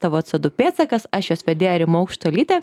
tavo co du pėdsakas aš jos vedėja rima aukštuolytė